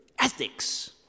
ethics